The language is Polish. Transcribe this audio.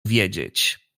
wiedzieć